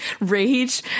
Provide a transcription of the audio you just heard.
rage